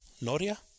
noria